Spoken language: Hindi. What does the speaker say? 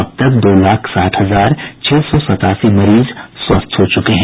अब तक दो लाख साठ हजार छह सौ सत्तासी मरीज स्वस्थ हो चुके हैं